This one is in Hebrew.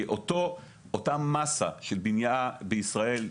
אותה מאסה של בנייה ישנה בישראל,